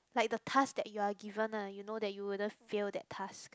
like the task that you're given ah you know you wouldn't fail that task